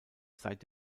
seit